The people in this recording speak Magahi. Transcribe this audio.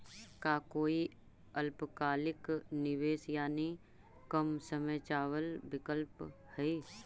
का कोई अल्पकालिक निवेश यानी कम समय चावल विकल्प हई?